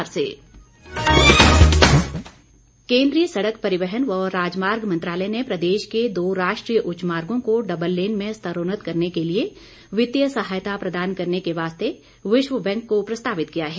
NH केंद्रीय सड़क परिवहन व राजमार्ग मंत्रालय ने प्रदेश के दो राष्ट्रीय उच्च मार्गो को डबल लेन में स्तरोन्नत करने के लिए वित्तीय सहायता प्रदान करने के वास्ते विश्व बैंक को प्रस्तावित किया है